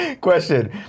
Question